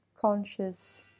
conscious